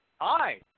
Hi